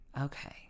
Okay